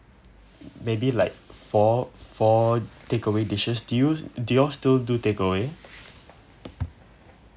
maybe like four four takeaway dishes do you do y'all still do take away